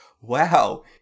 Wow